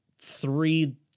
three